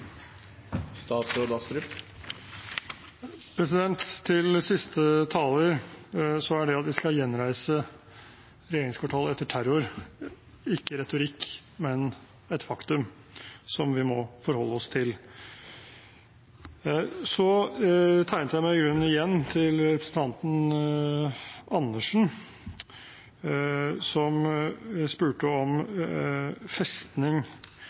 ikke retorikk, men et faktum som vi må forholde oss til. Jeg tegnet meg i grunnen igjen til representanten Andersen, som spurte om festning